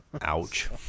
Ouch